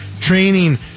training